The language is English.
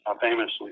Famously